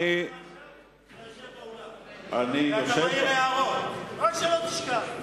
רק שלא תשכח.